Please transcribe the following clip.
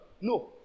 No